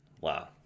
wow